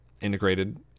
integrated